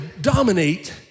dominate